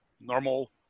normal